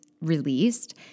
released